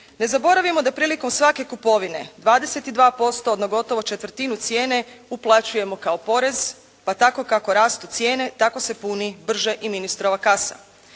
Ne zaboravimo da prilikom svake kupovine 22% od na gotovo četvrtinu cijene uplaćujemo kao porez, pa tako kako rastu cijene tako se puni brže i ministrova kasa.